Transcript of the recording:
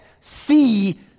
see